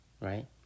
right